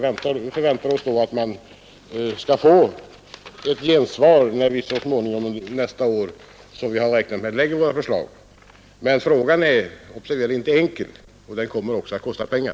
Men vi förväntar att vi då också skall få gensvar när vi så småningom — vi räknar med nästa år — lägger fram våra förslag. Men frågan är inte enkel, och en lösning kommer också att kosta pengar.